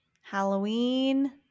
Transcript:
Halloween